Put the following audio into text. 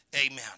Amen